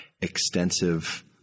extensive